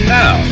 now